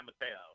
Mateo